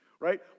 Right